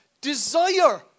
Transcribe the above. desire